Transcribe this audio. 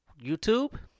YouTube